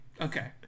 Okay